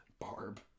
Barb